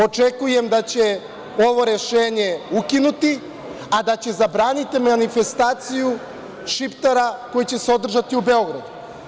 Očekujem da će ovo rešenje ukinuti, a da će zabraniti manifestaciju Šiptara koji će se odigrati u Beogradu.